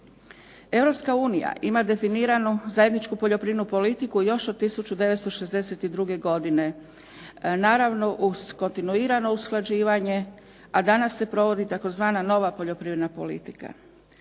EU ima definiranu zajedničku poljoprivrednu politiku još od 1962. godine. Naravno uz kontinuirano usklađivanje, a danas se provodi tzv. nova poljoprivredna politika.